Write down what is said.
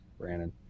Brandon